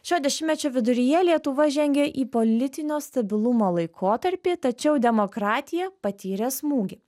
šio dešimtmečio viduryje lietuva žengė į politinio stabilumo laikotarpį tačiau demokratija patyrė smūgį